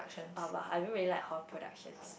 uh but I don't really like hall productions